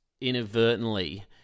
inadvertently